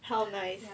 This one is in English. how nice